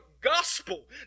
gospel